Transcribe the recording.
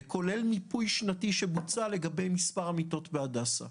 וכולל מיפוי שנתי שבוצע לגבי מספר המיטות בהדסה.